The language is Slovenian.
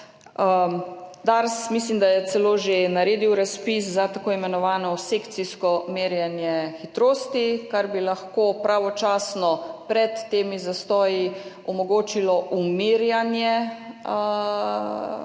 Dars mislim, da je celo že naredil razpis za tako imenovano sekcijsko merjenje hitrosti, kar bi lahko pravočasno pred temi zastoji omogočilo umirjanje prometa.